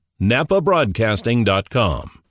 NapaBroadcasting.com